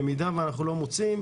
במידה שאנחנו לא מוצאים,